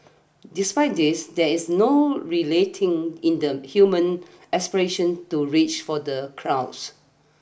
despite this there is no relating in the human aspiration to reach for the crowds